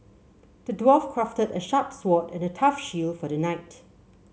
the dwarf crafted a sharp sword and a tough shield for the knight